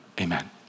amen